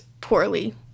poorly